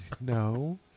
no